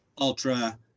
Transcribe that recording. ultra